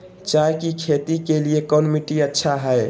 चाय की खेती के लिए कौन मिट्टी अच्छा हाय?